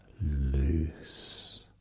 loose